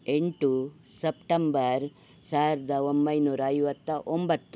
ಎಂಟು ಸೆಪ್ಟಂಬರ್ ಸಾವಿರದ ಒಂಬೈನೂರ ಐವತ್ತ ಒಂಬತ್ತು